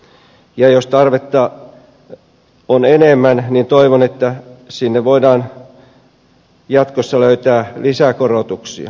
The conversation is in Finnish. ja jos tarvetta on enemmän niin toivon että sinne voidaan jatkossa löytää lisäkorotuksia